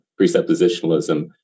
presuppositionalism